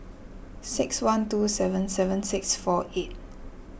six one two seven seven six four eight